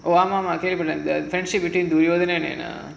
one more marketable and the friendship Duryodhana